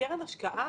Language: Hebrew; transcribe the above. בקרן השקעה,